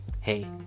hey